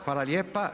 Hvala lijepa.